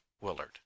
Willard